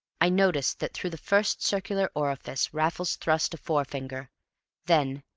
i noticed that through the first circular orifice raffles thrust a forefinger then,